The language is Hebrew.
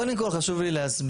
קודם כל חשוב לי להסביר,